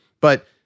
But-